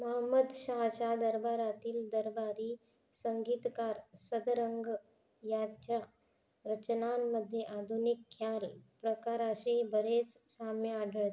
मुहम्मद शाहच्या दरबारातील दरबारी संगीतकार सदरंग याच्या रचनांमध्ये आधुनिक ख्याल प्रकाराशी बरेच साम्य आढळते